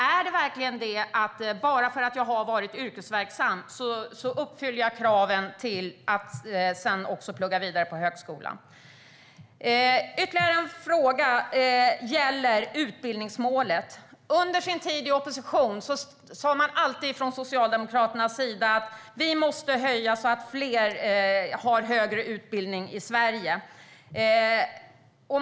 Är det verkligen så att jag bara för att jag har varit yrkesverksam uppfyller kraven för att kunna plugga vidare på högskolan? Jag har ytterligare en fråga. Den gäller utbildningsmålet. Under Socialdemokraternas tid i opposition sa man alltid: Vi måste höja så att fler har högre utbildning i Sverige.